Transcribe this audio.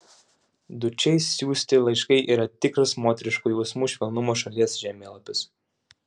dučei siųsti laiškai yra tikras moteriškų jausmų švelnumo šalies žemėlapis